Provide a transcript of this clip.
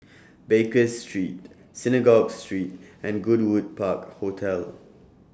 Baker Street Synagogue Street and Goodwood Park Hotel